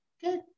good